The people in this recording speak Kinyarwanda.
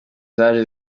zaje